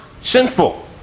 sinful